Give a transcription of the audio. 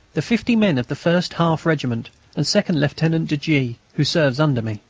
the fifty men of the first half-regiment and second-lieutenant de g, who serves under me.